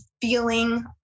feeling